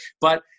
but-